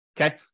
Okay